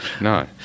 No